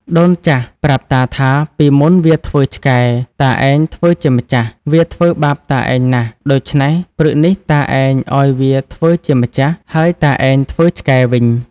ដូនចាស់ប្រាប់តាថា ពីមុនវាធ្វើឆ្កែ តាឯងធ្វើជាម្ចាស់ វាធ្វើបាបតាឯងណាស់ ដូច្នេះព្រឹកនេះតាឯងឱ្យវាធ្វើជាម្ចាស់ ហើយតាឯងធ្វើឆ្កែវិញ។